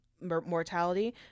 mortality